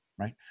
Right